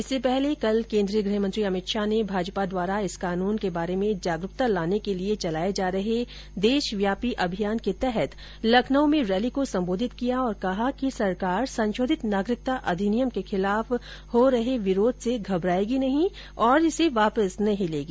इससे पहले कल केन्द्रीय गृह मंत्री अमित शाह ने भाजपा द्वारा इस कानून के बारे में जागरूकता लाने के लिए चलाये जा रहे देशव्यापी अभियान के तहत लखनऊ में रैली को संबोधित किया और कहा कि सरकार संशोधित नागरिकता अधिनियम के खिलाफ हो रहे विरोध से घबरायेगी नहीं और इसे वापिस नहीं लेगी